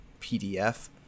PDF